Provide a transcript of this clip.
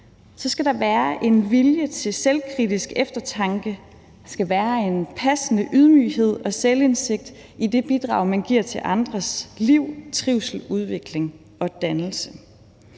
så skal der være en vilje til selvkritisk eftertanke. Der skal være en passende ydmyghed og selvindsigt i det bidrag, man giver til andres liv, trivsel, udvikling og dannelse.